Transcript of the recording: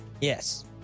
Yes